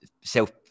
self